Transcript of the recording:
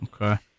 Okay